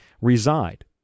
reside